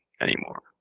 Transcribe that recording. anymore